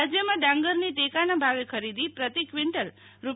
રાજ્યમાં ડાંગરની ટેકાના ભાવે ખરીદી પ્રતિ ક્વિન્ટલ રૂ